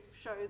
show